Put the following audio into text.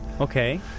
Okay